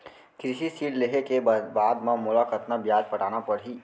कृषि ऋण लेहे के बाद म मोला कतना ब्याज पटाना पड़ही?